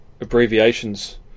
abbreviations